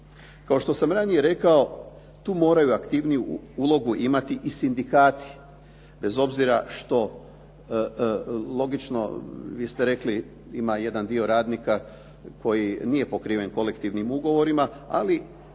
Kao što sam ranije rekao tu moraju aktivniju ulogu imati i sindikati bez obzira što logično vi ste rekli ima jedan dio radnika koji nije pokriven kolektivnim ugovorima, ali